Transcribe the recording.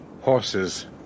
Horses